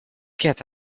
get